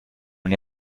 und